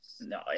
no